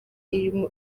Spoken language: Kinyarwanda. irimo